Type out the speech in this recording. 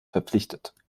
verpflichtet